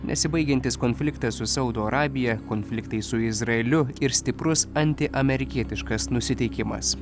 nesibaigiantis konfliktas su saudo arabija konfliktai su izraeliu ir stiprus antiamerikietiškas nusiteikimas